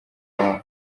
wawe